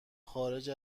خارج